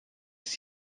ist